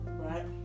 right